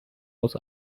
aus